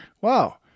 wow